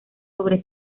sobre